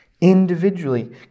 individually